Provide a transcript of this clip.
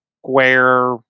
square